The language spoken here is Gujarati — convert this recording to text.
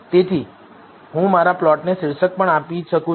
તેથી હું મારા પ્લોટને શીર્ષક પણ આપી શકું છું